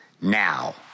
now